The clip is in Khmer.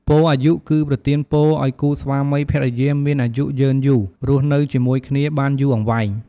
ពរអាយុ គឺប្រទានពរឲ្យគូស្វាមីភរិយាមានអាយុយឺនយូរ រស់នៅជាមួយគ្នាបានយូរអង្វែង។